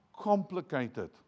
complicated